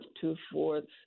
two-fourths